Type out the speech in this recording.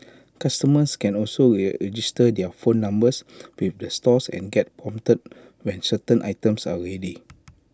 customers can also register their phone numbers with the stores and get prompted when certain items are ready